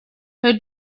her